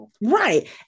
right